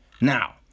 now